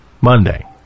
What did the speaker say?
Monday